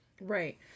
Right